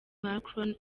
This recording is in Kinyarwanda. macron